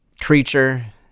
creature